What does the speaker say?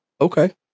Okay